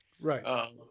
Right